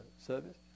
service